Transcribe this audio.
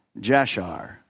Jashar